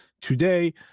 Today